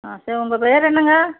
ஆ சரி உங்க பேர் என்னங்க